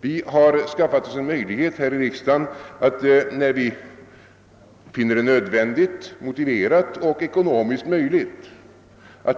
Vi har skaffat oss en möjlighet här i riksdagen att när vi finner det nödvändigt, motiverat och ekonomiskt möjligt